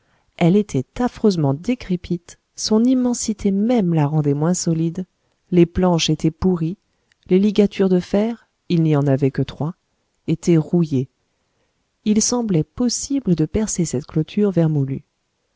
elle était affreusement décrépite son immensité même la rendait moins solide les planches étaient pourries les ligatures de fer il n'y en avait que trois étaient rouillées il semblait possible de percer cette clôture vermoulue